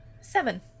Seven